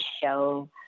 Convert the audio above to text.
show